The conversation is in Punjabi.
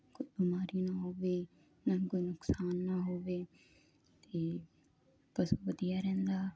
ਕੋਈ ਬਿਮਾਰੀ ਨਾ ਹੋਵੇ ਨਾ ਕੋਈ ਨੁਕਸਾਨ ਨਾ ਹੋਵੇ ਤੇ ਪਸ਼ੂ ਵਧੀਆ ਰਹਿੰਦਾ